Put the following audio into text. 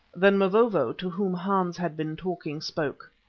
then mavovo, to whom hans had been talking, spoke.